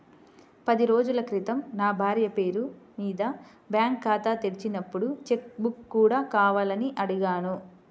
పది రోజుల క్రితం నా భార్య పేరు మీద బ్యాంకు ఖాతా తెరిచినప్పుడు చెక్ బుక్ కూడా కావాలని అడిగాను